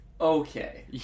Okay